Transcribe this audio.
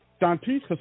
Dante's